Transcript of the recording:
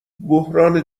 بحران